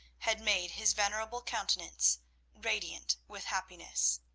had made his venerable countenance radiant with happiness.